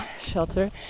shelter